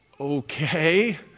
Okay